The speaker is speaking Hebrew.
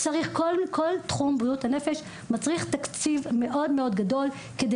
כל תחום בריאות הנפש מצריך תקציב מאוד גדול כדי